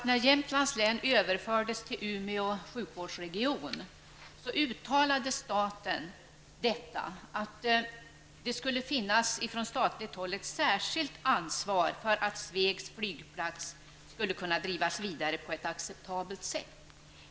När Jämtlands län överfördes till Umeå sjukvårdsregion uttalade staten att den skulle ha ett särskilt ansvar för att verksamheten på Svegs flygplats i fortsättningen skulle kunna drivas på ett acceptabelt sätt.